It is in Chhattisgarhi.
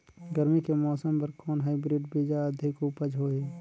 गरमी के मौसम बर कौन हाईब्रिड बीजा अधिक उपज होही?